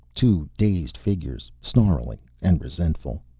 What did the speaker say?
two dazed figures, snarling and resentful.